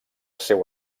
seu